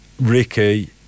Ricky